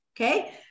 Okay